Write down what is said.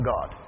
God